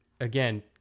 Again